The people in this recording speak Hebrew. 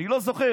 אני לא זוכר,